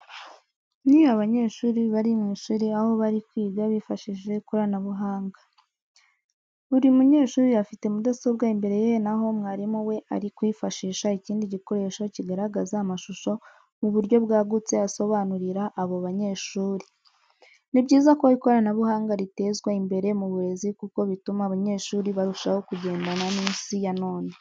Ni abanyeshuri bari mu ishuri aho bari kwiga bifashishije ikoranabuhanga. Buri mu nyeshuri afite mudasobwa imbere ye naho mwarimu we ari kwifashisha ikindi gikoresha kigaragaza amashusho mu buryo bwagutse asobanurira abo banyeshuri. Ni byiza ko ikoranabuhanga ritezwa imbere mu burezi kuko bituma abanyeshuri barushaho kugendana n'Isi ya none